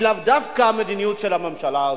היא לאו דווקא בגלל המדיניות של הממשלה הזאת.